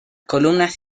columnas